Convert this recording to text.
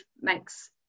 makes